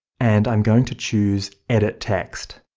and i'm going to choose edit text.